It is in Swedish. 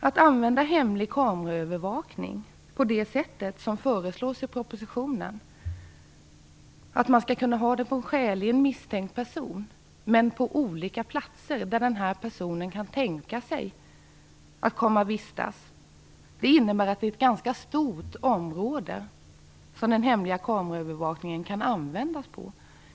Att använda hemlig kameraövervakning på det sätt som föreslås i propositionen, dvs. hemlig kameraövervakning av en skäligen misstänkt person på olika platser där personen kan tänkas vistas. Det innebär att den hemliga kameraövervakningen kan användas på ett ganska stort område.